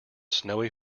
snowy